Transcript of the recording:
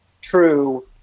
true